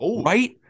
right